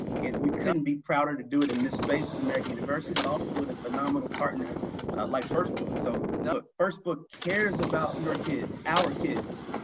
and we couldn't be prouder to do it in this space with american university but also with phenomenal partner like first book. so but first book cares about your kid, our kids.